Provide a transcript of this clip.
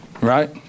Right